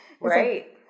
right